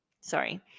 sorry